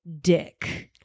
dick